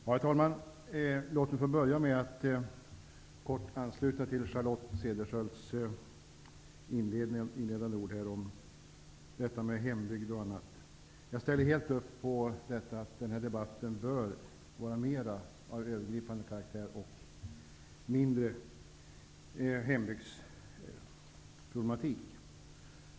Herr talman! Låt mig börja med att kort ansluta till Charlotte Cederschiölds inledande ord om detta med hembygd och annat. Jag ställer helt upp på att debatten bör vara mera av övergripande karaktär och mindre syssla med hembygdsproblematik.